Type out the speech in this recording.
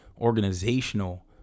organizational